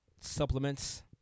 supplements